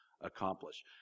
accomplish